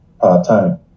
part-time